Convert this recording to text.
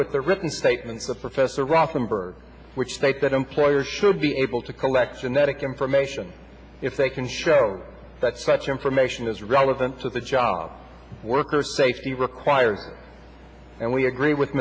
with the written statement the professor rossum for which states that employer should be able to collect genetic information if they can show that such information is relevant to the job worker safety required and we agree with